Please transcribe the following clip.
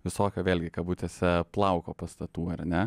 visokio vėlgi kabutėse plauko pastatų ar ne